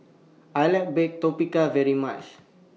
I like Baked Tapioca very much